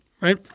right